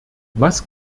was